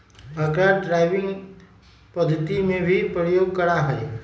अकरा ड्राइविंग पद्धति में भी प्रयोग करा हई